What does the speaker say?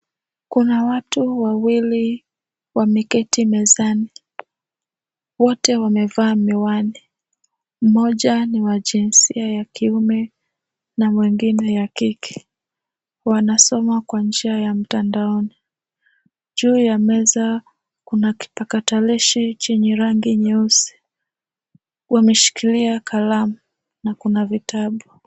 Kuna watu wawili wameketi mezani. Wote wamevaa miwani. Mmoja ni wa jinsia ya kiume na mwingine ya kike. Wanasoma kwa njia ya mtandaoni. Juu ya meza kuna kipakatalishi chenye rangi nyeusi. Wameshikilia kalamu na kuna vitabu.